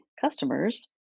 customers